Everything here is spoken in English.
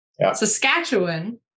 Saskatchewan